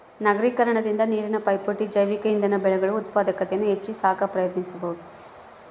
ನಗರೀಕರಣದಿಂದ ನೀರಿನ ಪೈಪೋಟಿ ಜೈವಿಕ ಇಂಧನ ಬೆಳೆಗಳು ಉತ್ಪಾದಕತೆಯನ್ನು ಹೆಚ್ಚಿ ಸಾಕ ಪ್ರಯತ್ನಿಸಬಕು